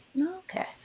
okay